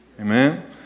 Amen